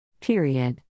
Period